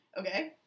Okay